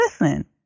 listen